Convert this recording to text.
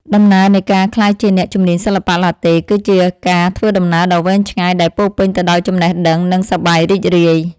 ដំណើរនៃការក្លាយជាអ្នកជំនាញសិល្បៈឡាតេ គឺជាការធ្វើដំណើរដ៏វែងឆ្ងាយដែលពោរពេញទៅដោយចំណេះដឹង និងសប្បាយរីករាយ។